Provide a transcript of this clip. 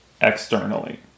externally